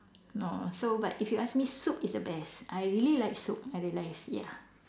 no so but if you ask me soup is the best I really like soup I realise ya